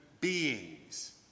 beings